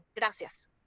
gracias